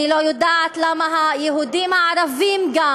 אני לא יודעת למה גם היהודים הערבים לא